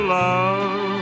love